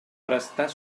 prestar